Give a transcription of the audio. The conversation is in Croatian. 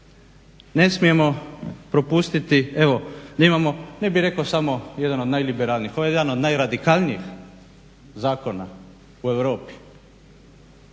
Ne smijemo propustiti evo da imamo ne bih rekao damo jedan od najliberalnijih ovo je jedan od najradikalnijih zakona u Europi.